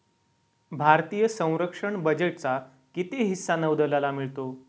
भारतीय संरक्षण बजेटचा किती हिस्सा नौदलाला मिळतो?